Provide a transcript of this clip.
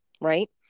right